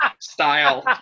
style